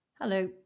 Hello